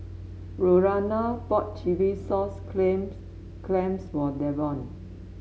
Lurana bought chilli sauce claims clams for Davon